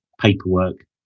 paperwork